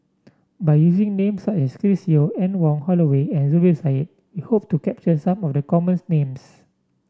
by using name such as Chris Yeo Anne Wong Holloway and Zubir Said we hope to capture some of the common names